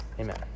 Amen